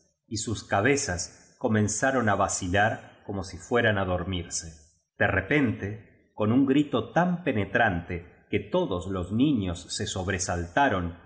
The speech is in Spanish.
y sus cabezas comenzaron vacilar como si fueran á dormirse de repente con un grito tan penetrante que todos les niños se sobresalta